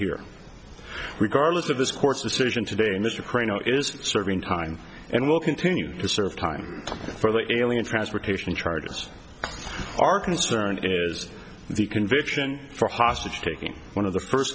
here regardless of this court's decision today mr crane is serving time and will continue to serve time for the alien transportation charges are concerned it is the conviction for hostage taking one of the first